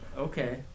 Okay